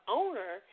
owner